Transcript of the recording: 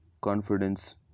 confidence